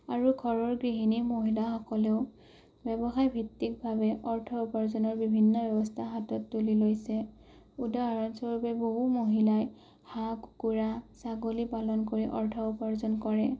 আৰু ঘৰৰ গৃহিণী মহিলাসকলেও ব্যৱসায় ভিত্তিকভাৱে অৰ্থ উপাৰ্জনৰ বিভিন্ন ব্যৱস্থা হাতত তুলি লৈছে উদাহৰণস্বৰূপে বহু মহিলাই হাঁহ কুকুৰা ছাগলী পালন কৰি অৰ্থ উপাৰ্জন কৰে